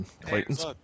Clayton's